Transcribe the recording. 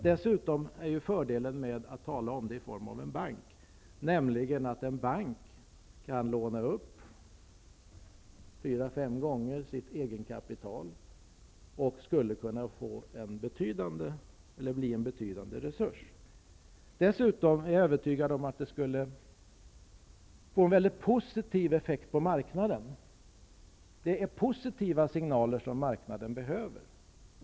Dessutom är det en fördel att ha det i form av en bank, för en bank kan låna upp fyra fem gånger sitt eget kapital och skulle kunna bli en betydande resurs. Jag är övertygad om att detta skulle få väldigt positiva effekter på marknaden. Det är positiva signaler som marknaden behöver.